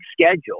schedule